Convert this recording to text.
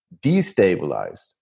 destabilized